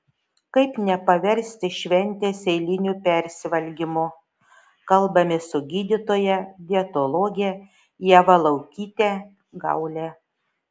kaip nepaversti šventės eiliniu persivalgymu kalbamės su gydytoja dietologe ieva laukyte gaule